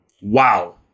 Wow